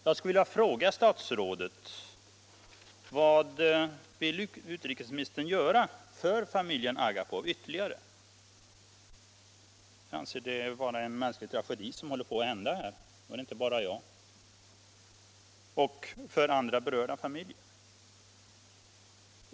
Jag skulle vilja fråga: Vad vill utrikesministern ytterligare göra för familjen Agapov? Jag anser att det är en mänsklig tragedi som håller på att ske. Det är inte bara jag som tycker så. Och vad vill ni göra för andra berörda familjer?